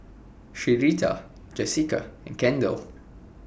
Sherita Jessica and Kendall